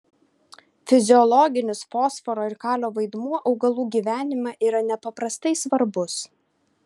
fiziologinis fosforo ir kalio vaidmuo augalų gyvenime yra nepaprastai svarbus